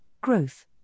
growth